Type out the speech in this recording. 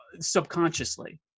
subconsciously